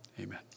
amen